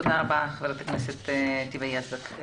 תודה רבה, חברת הכנסת היבה יזבק.